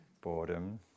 boredom